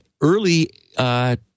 early